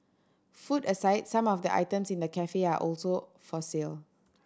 food aside some of the items in the cafe are also for sale